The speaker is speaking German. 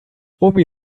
omi